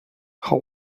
how